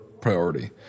priority